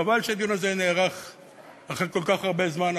חבל שהדיון הזה נערך אחרי כל כך הרבה זמן,